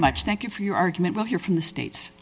much thank you for your argument we'll hear from the state